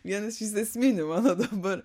vienas iš esminių mano dabar